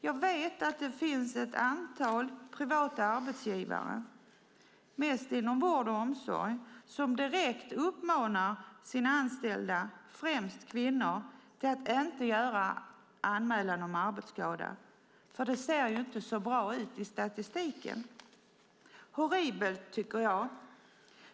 Jag vet att det finns ett antal privata arbetsgivare, mest inom vård och omsorg, som direkt uppmanar sina anställda, främst kvinnor, att inte göra anmälan om arbetsskada, för det ser inte så bra ut i statistiken. Horribelt, tycker jag.